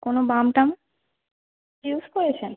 কোনো বাম টাম ইউস করেছেন